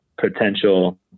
potential